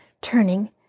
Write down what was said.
Turning